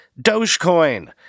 Dogecoin